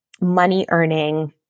money-earning